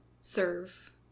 serve